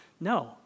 No